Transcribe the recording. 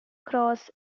cross